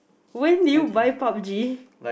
when did you buy Pub-G